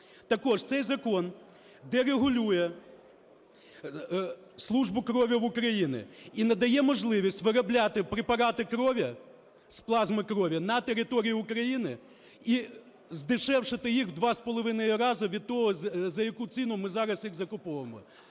Також цей закон дерегулює службу крові в Україні і надає можливість виробляти препарати крові з плазми крові на території України і здешевити їх в 2,5 рази від того, за яку ціну ми зараз їх закуповуємо.